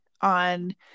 on